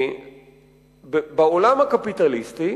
בעולם הקפיטליסטי